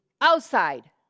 outside